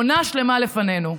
עונה שלמה לפנינו.